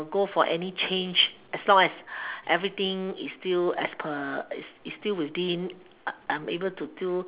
go for any change as long as everything is still as per it's it's still within I I'm able to do